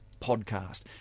podcast